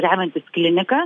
remiantis klinika